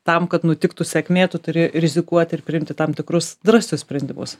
tam kad nutiktų sėkmė tu turi rizikuoti ir priimti tam tikrus drąsius sprendimus